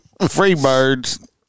Freebirds